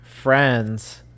friends